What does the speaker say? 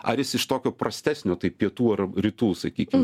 ar jis iš tokio prastesnio tai pietų ar rytų sakykim